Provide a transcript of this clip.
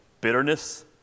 bitterness